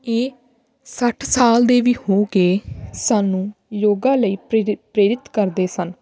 ਇਹ ਸੱਠ ਸਾਲ ਦੇ ਵੀ ਹੋ ਕੇ ਸਾਨੂੰ ਯੋਗਾ ਲਈ ਪ੍ਰੇਰ ਪ੍ਰੇਰਿਤ ਕਰਦੇ ਸਨ